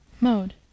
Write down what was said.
Mode